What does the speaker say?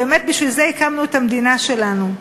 באמת בשביל זה הקמנו את המדינה שלנו.